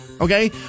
Okay